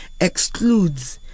excludes